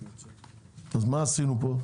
מה עשינו פה?